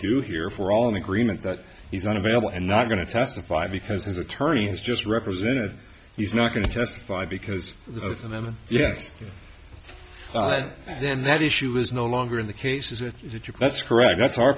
do here for all in agreement that he's unavailable and not going to testify because his attorney has just represented he's not going to testify because both of them yes but then that issue is no longer in the case is it your thoughts correct that's our